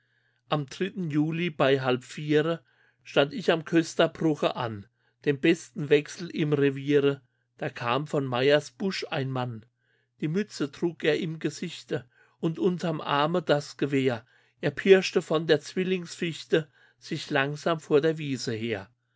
am dritten juli bei halb viere stand ich am kösterbruche an dem besten wechsel im reviere da kam von meyers busch ein mann die mütze trug er im gesichte und unterm arme das gewehr er pirschte von der zwillingsfichte sich langsam vor der wiese her